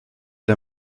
der